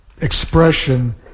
expression